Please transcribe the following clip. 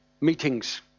meetings